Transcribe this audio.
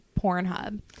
Pornhub